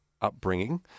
upbringing